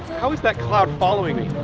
how is that cloud following me?